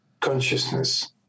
consciousness